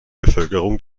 bevölkerung